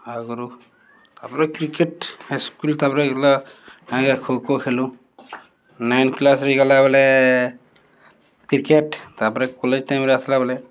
ଆଗ୍ରୁ ତା'ପରେ cricket high school ତା'ପରେ ଗଲା ଖୋଖୋ ଖେଲୁ ନାଇନ୍ କ୍ଲାସ୍ରେ ଗଲା ବେଲେ କ୍ରିକେଟ୍ ତା'ପରେ କଲେଜ୍ ଟାଇମ୍ରେ ଆସ୍ଲା ବେଲେ